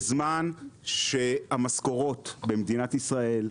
בזמן שבמשכורות במדינת ישראל,